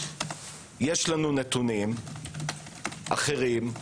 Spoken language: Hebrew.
יש לנו נתונים אחרים,